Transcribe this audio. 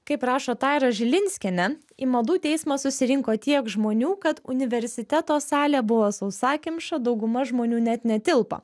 kaip rašo taira žilinskienė į madų teismą susirinko tiek žmonių kad universiteto salė buvo sausakimša dauguma žmonių net netilpo